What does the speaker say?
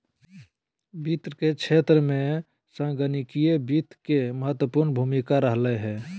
वित्त के क्षेत्र में संगणकीय वित्त के महत्वपूर्ण भूमिका रहलय हें